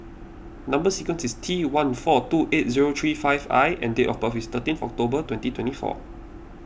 Number Sequence is T one four two eight zero three five I and date of birth is thirteenth October twenty twenty four